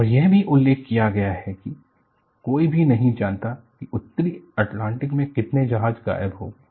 और यह भी उल्लेख किया गया है कि कोई भी नहीं जानता कि उत्तरी अटलांटिक में कितने जहाज गायब हो गए